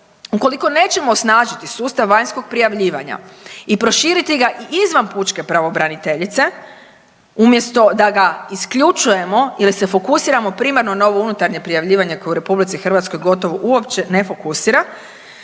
Ukoliko nećemo osnažiti sustav vanjskog prijavljivanja i proširiti ga i izvan pučke pravobraniteljice, umjesto da ga isključujemo ili se fokusiramo primarno na ovo unutarnje prijavljivanje koje u RH gotovo uopće ne funkcionira